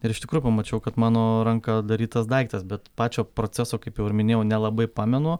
ir iš tikrųjų pamačiau kad mano ranka darytas daiktas bet pačio proceso kaip jau ir minėjau nelabai pamenu